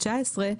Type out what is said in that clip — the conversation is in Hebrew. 2019,